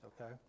Okay